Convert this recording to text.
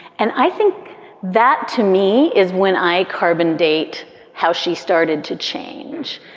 and i think that to me is when i carbon date how she started to change.